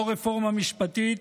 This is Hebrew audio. לא רפורמה משפטית,